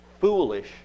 foolish